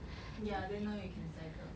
ya then now you can cycle